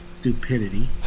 stupidity